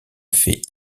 fait